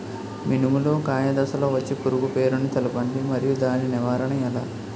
మినుము లో కాయ దశలో వచ్చే పురుగు పేరును తెలపండి? మరియు దాని నివారణ ఎలా?